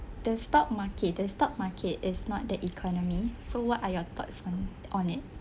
the stock market the stock market is not that economy so what are your thoughts on on it